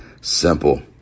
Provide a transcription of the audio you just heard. simple